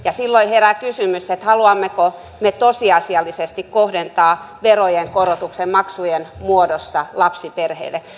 ja silloin herää kysymys että haluammeko me tosiasiallisesti kohdentaa verojen korotuksen maksujen muodossa lapsiperheille